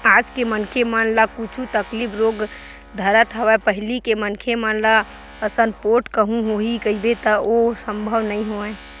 आज के मनखे मन ल कुछु तकलीफ रोग धरत हवय पहिली के मनखे मन असन पोठ कहूँ होही कहिबे त ओ संभव नई होवय